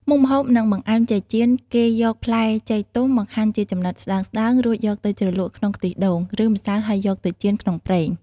មុខម្ហូប និងបង្អែមចេកចៀន គេយកផ្លែចេកទុំមកហាន់ជាចំណិតស្តើងៗ រួចយកទៅជ្រលក់ក្នុងខ្ទិះដូង ឬម្សៅហើយយកទៅចៀនក្នុងប្រេង។